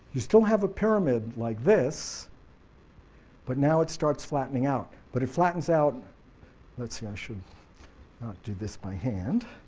you still have a pyramid like this but now it starts flattening out, but it flattens out i yeah should not do this by hand.